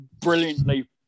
brilliantly